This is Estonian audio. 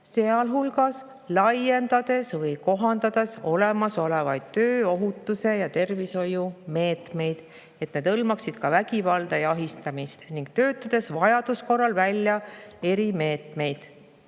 sealhulgas laiendades või kohandades olemasolevaid tööohutuse ja ‑tervishoiu meetmeid, et need hõlmaksid ka vägivalda ja ahistamist, ning töötades vajaduse korral välja erimeetmeid.